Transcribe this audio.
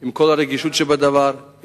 עם כל הרגישות שבדבר.